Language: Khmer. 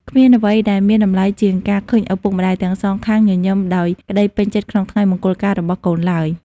គ្មានអ្វីដែលមានតម្លៃជាងការឃើញឪពុកម្ដាយទាំងសងខាង ញញឹមដោយក្ដីពេញចិត្តក្នុងថ្ងៃមង្គលការរបស់កូនឡើយ។